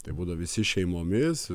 tai būdavo visi šeimomis